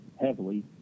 heavily